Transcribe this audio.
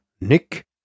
Nick